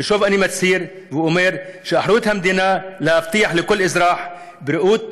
ושוב אני מצהיר ואומר שאחריות המדינה להבטיח לכל אזרח בריאות,